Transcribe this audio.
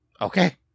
Okay